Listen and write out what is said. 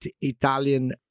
Italian